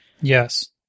Yes